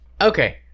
okay